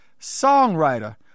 songwriter